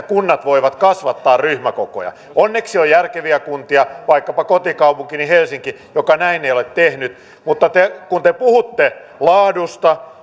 kunnat voivat kasvattaa ryhmäkokoja onneksi on järkeviä kuntia vaikkapa kotikaupunkini helsinki joka näin ei ole tehnyt mutta kun te puhutte laadusta